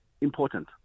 important